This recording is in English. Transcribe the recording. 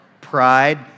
pride